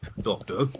Doctor